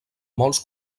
molts